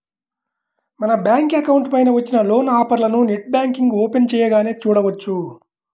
మన bank account పైన వచ్చిన లోన్ ఆఫర్లను నెట్ బ్యాంకింగ్ ఓపెన్ చేయగానే చూడవచ్చు